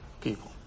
people